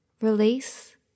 Release